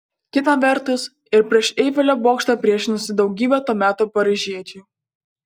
kita vertus ir prieš eifelio bokštą priešinosi daugybė to meto paryžiečių